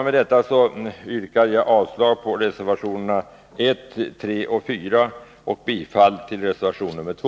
Med detta yrkar jag avslag på reservationerna 1, 3 och 4 samt bifall till reservation 2.